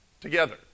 together